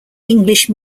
english